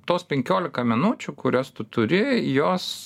tos penkiolika minučių kurias tu turi jos